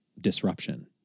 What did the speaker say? disruption